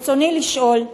רצוני לשאול: